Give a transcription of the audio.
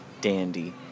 dandy